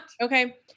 okay